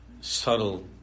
subtle